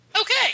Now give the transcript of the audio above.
okay